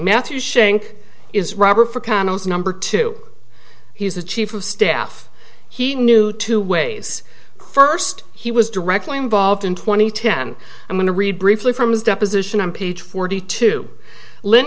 matthew shank is robert for condoms number two he's the chief of staff he knew two ways first he was directly involved in twenty ten i'm going to read briefly from his deposition on page forty two lynn